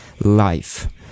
life